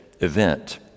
event